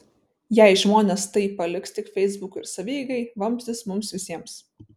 jei žmonės tai paliks tik feisbukui ir savieigai vamzdis mums visiems